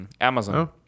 Amazon